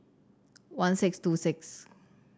one six two six